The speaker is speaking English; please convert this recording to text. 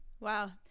wow